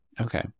Okay